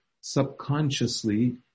subconsciously